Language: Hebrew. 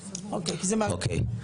אוקיי.